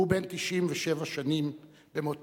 והוא בן 97 שנים במותו.